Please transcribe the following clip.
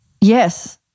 yes